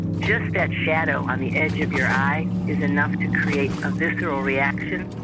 just that shadow on the edge of your eye is enough to create a visceral reaction.